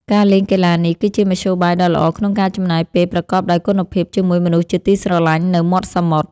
ការលេងកីឡានេះគឺជាមធ្យោបាយដ៏ល្អក្នុងការចំណាយពេលប្រកបដោយគុណភាពជាមួយមនុស្សជាទីស្រឡាញ់នៅមាត់សមុទ្រ។